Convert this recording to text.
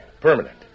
Permanent